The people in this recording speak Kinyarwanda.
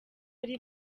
ari